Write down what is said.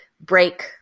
break